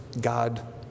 God